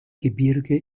gebirge